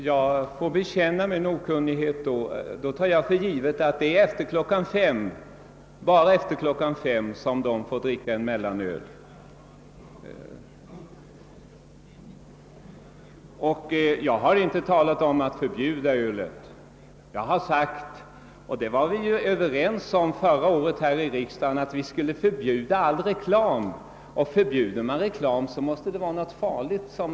Herr talman! Jag tar för givet då att det bara är efter klockan 5 som man får dricka en mellanöl. Jag har inte talat om att förbjuda öl. Jag har däremot sagt att vi förra året var överens här i riksdagen om att vi skulle förbjuda all reklam, och förbjuder man reklamen, måste det vara fråga om någonting farligt.